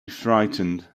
frightened